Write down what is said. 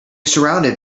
surrounded